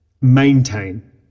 maintain